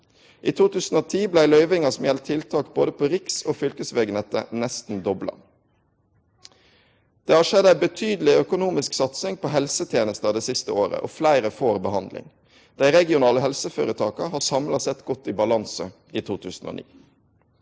I 2010 blei løyvinga som gjeld tiltak både på riks- og fylkesvegnettet, nesten dobla. Det har skjedd ei betydeleg økonomisk satsing på helsetenesta det siste året, og fleire får behandling. Dei regionale helseføretaka har samla sett gått i balanse i 2009.